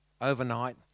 overnight